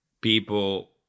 people